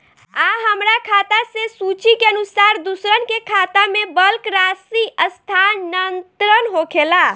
आ हमरा खाता से सूची के अनुसार दूसरन के खाता में बल्क राशि स्थानान्तर होखेला?